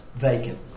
vacant